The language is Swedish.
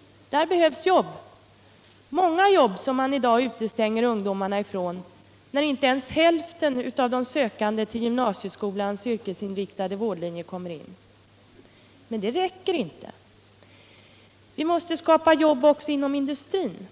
— där behövs jobb, många jobb som man i dag utestänger ungdomarna ifrån när inte ens hälften av de sökande till gymnasieskolans yrkesinriktade vårdlinjer kommer in. Men det räcker inte. Vi måste skapa jobb också inom industrin.